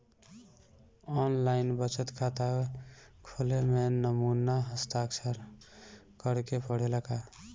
आन line बचत खाता खोले में नमूना हस्ताक्षर करेके पड़ेला का?